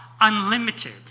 unlimited